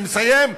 אני מסיים.